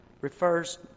refers